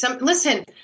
Listen